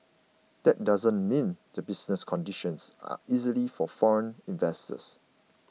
that doesn't mean the business conditions are easy for foreign investors